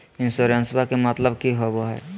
इंसोरेंसेबा के मतलब की होवे है?